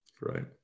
right